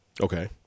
Okay